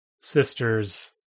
sister's